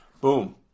Boom